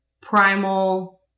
primal